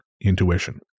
intuition